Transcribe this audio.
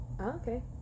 Okay